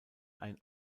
ein